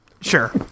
Sure